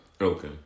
Okay